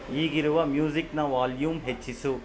ಈಗಿರುವ ಮ್ಯೂಸಿಕ್ನ ವಾಲ್ಯೂಮ್ ಹೆಚ್ಚಿಸು